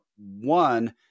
one